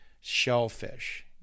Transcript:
shellfish